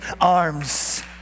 arms